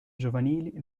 giovanili